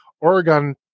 Oregon